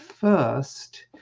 first